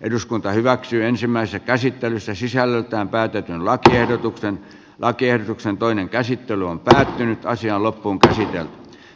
eduskunta hyväksyy ensimmäistä käsittelyssä sisällöltään päätetyn lakiehdotuksen lakiehdotuksen toinen käsittely on pysähtynyt taisi olla pompöösi